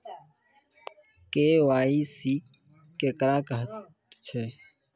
KYC केकरा कहैत छै?